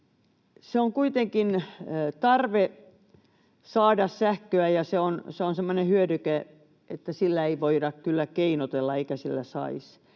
On kuitenkin tarve saada sähköä, ja se on semmoinen hyödyke, että sillä ei voida kyllä keinotella eikä sillä saisi.